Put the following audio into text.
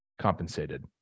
compensated